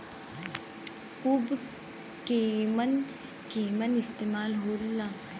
उव केमन केमन इस्तेमाल हो ला?